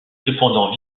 cependant